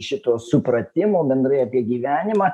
šito supratimo bendrai apie gyvenimą